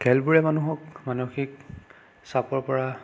খেলবোৰে মানুহক মানসিক চাপৰ পৰা